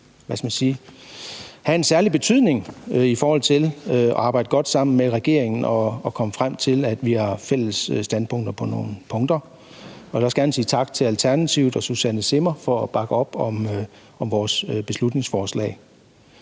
hvad skal man sige – have en særlig betydning i forhold til at arbejde godt sammen med regeringen, så vi kunne komme frem til, at vi på nogle punkter har fælles standpunkter. Jeg vil også gerne sige tak til Alternativet og Susanne Zimmer for at bakke op om vores beslutningsforslag.